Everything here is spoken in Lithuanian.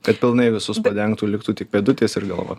kad pilnai visus padengtų liktų tik pėdutės ir galva